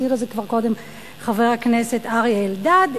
הזכיר את זה כבר קודם חבר הכנסת אריה אלדד,